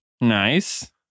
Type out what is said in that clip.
Nice